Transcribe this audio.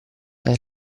era